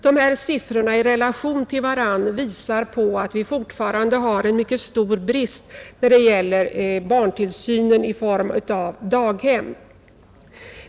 Dessa siffror i relation till varandra visar att vi fortfarande har en mycket stor brist på daghemsplatser.